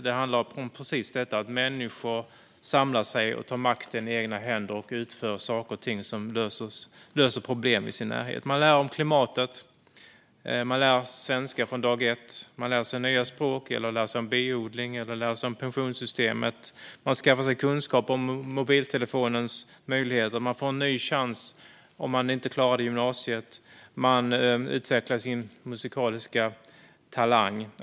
Det handlar om precis detta att människor samlas och tar makten i egna händer och utför saker och ting som löser problem i deras närhet. Man lär sig om klimatet. Man lär sig svenska från dag ett eller nya språk. Man lär sig om biodling eller pensionssystemet. Man skaffar sig kunskaper om mobiltelefonens möjligheter. Man får en ny chans om man inte klarade gymnasiet. Man utvecklar sin musikaliska talang.